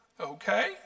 okay